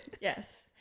Yes